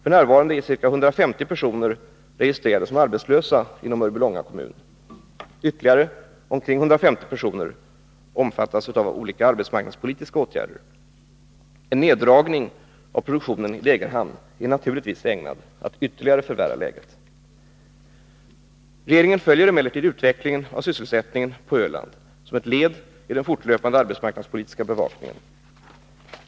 F. n. är ca 150 personer registrerade som arbetslösa inom Mörbylånga kommun. Ytterligare omkring 150 personer omfattas av olika arbetsmarknadspolitiska åtgärder. En neddragning av produktionen i Degerhamn är naturligtvis ägnad att ytterligare förvärra läget. Regeringen följer emellertid utvecklingen av sysselsättningen på Öland som ett led i den fortlöpande arbetsmarknadspolitiska bevakningen.